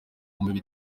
ibihumbi